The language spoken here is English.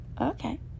okay